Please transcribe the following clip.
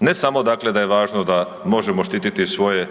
Ne samo dakle da je važno da možemo štititi svoje